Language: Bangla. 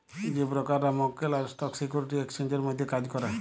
যে ব্রকাররা মক্কেল আর স্টক সিকিউরিটি এক্সচেঞ্জের মধ্যে কাজ ক্যরে